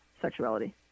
sexuality